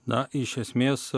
na iš esmės